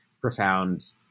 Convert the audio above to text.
profound